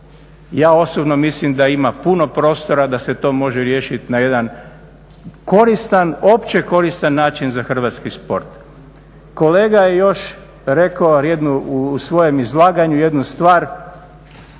Ja osobno mislim da ima puno prostora, da se to može riješiti na jedan koristan, opće koristan način za hrvatski sport. Kolega je još rekao u svojem izlaganju jednu stvar,